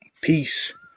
Peace